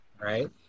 right